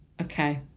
okay